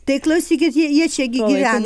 tai klausykit jei jie čia gi gyvena